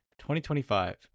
2025